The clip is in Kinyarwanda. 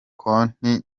konti